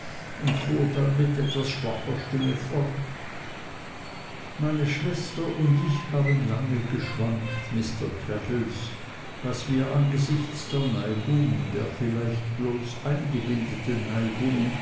und fuhr dann mit etwas schwacher stimme fort meine schwester und ich haben lange geschwankt mr traddles was wir angesichts der neigung der vielleicht bloß eingebildeten neigung